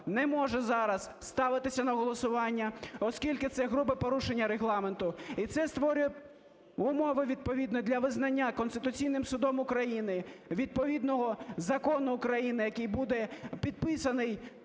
не може зараз ставитися на голосування, оскільки це грубе порушення Регламенту. І це створює умови відповідні для визнання Конституційним Судом України відповідного закону України, який буде підписаний,